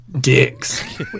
dicks